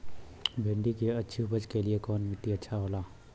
भिंडी की अच्छी उपज के लिए कवन मिट्टी अच्छा होला?